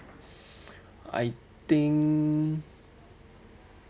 I think